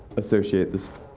associate this?